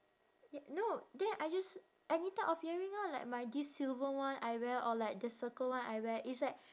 y~ no then I just any type of earring orh like my this silver one I wear or like the circle one I wear it's like